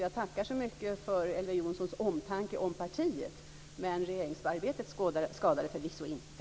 Jag tackar så mycket för Elver Jonssons omtanke om partiet, men regeringsarbetet skadar det förvisso inte.